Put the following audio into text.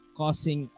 causing